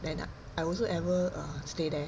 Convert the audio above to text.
then I also ever err stay there